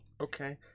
Okay